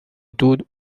دود